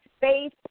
Faith